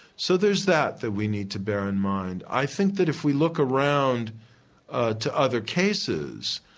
so there's that that we need to bear in mind. i think that if we look around to other cases,